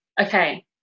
Okay